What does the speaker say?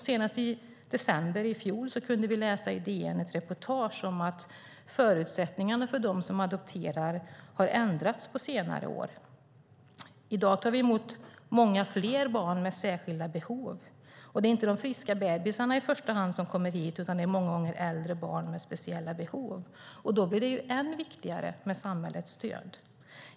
Senast i december i fjol kunde vi i ett reportage i DN läsa att förutsättningarna för dem som adopterar har ändrats på senare år. I dag tar vi emot många fler barn med särskilda behov. Det är inte i första hand de friska bebisarna som kommer hit, utan det är många gånger äldre barn med speciella behov. Då blir det än viktigare med samhällets stöd.